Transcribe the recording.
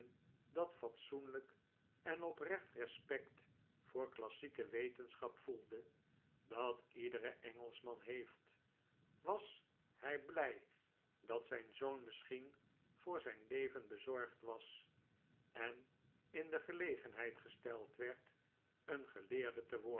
dat fatsoenlijk en oprecht respect voor klassieke wetenschap voelde dat iedere engelschman heeft was hij blij dat zijn zoon misschien voor zijn leven bezorgd was en in de gelegenheid gesteld werd een geleerde